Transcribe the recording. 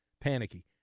panicky